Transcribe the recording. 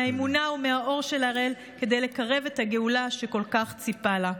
מהאמונה ומהאור של הראל כדי לקרב את הגאולה שכל כך ציפה לה.